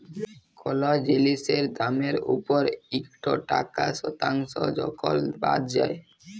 call জিলিসের দামের উপর ইকট টাকা শতাংস যখল বাদ যায়